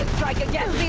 strike again,